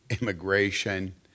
immigration